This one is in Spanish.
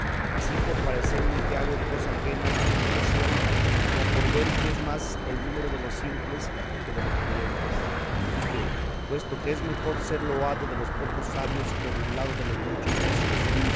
así por parecerme que hago cosa ajena de mi profesión como por ver que es más el número de los simples que de los prudentes y que puesto que es mejor ser loado de los pocos sabios que burlado de los muchos necios